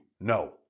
No